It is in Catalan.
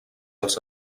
els